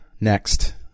Next